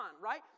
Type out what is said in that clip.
right